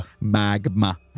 Magma